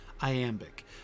iambic